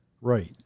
Right